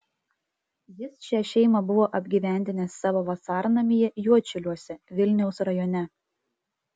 jis šią šeimą buvo apgyvendinęs savo vasarnamyje juodšiliuose vilniaus rajone